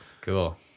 Cool